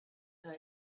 angel